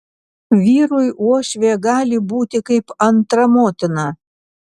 vyrui uošvė gali būti kaip antra motina